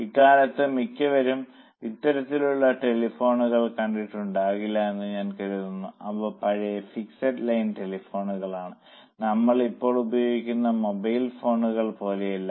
ഇക്കാലത്ത് മിക്കവരും ഇത്തരത്തിലുള്ള ടെലിഫോണുകൾ കണ്ടിട്ടുണ്ടാകില്ല എന്ന് ഞാൻ കരുതുന്നു ഇവ പഴയ ഫിക്സഡ് ലൈൻ ടെലിഫോണുകളാണ് നമ്മൾ ഇപ്പോൾ ഉപയോഗിക്കുന്ന മൊബൈൽ ഫോണുകൾ പോലെയല്ല